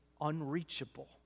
unreachable